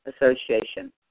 association